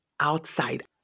outside